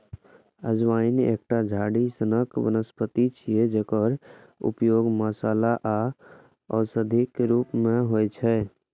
अजवाइन एकटा झाड़ी सनक वनस्पति छियै, जकर उपयोग मसाला आ औषधिक रूप मे होइ छै